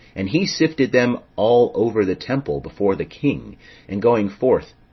and he sifted them all over the temple before the king and going forth,